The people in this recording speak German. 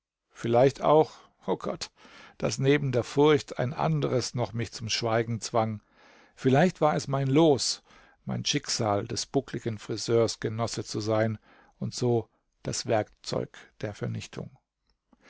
vielleicht auch o gott daß neben der furcht ein anderes noch mich zum schweigen zwang vielleicht war es mein los mein schicksal des buckligen friseurs genosse zu sein und so das werkzeug der vernichtung